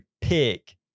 pick